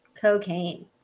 Cocaine